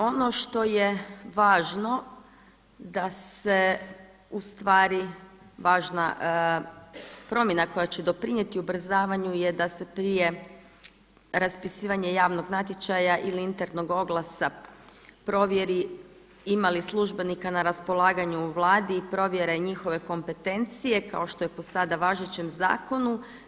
Ono što je važno da se u stvari važna promjena koja će doprinijeti ubrzavanju je da se prije raspisivanja javnog natječaja ili internog oglasa provjeri ima li službenika na raspolaganju u Vladi i provjere njihove kompetencije kao što je po sada važećem zakonu.